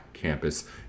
campus